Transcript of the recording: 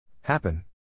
Happen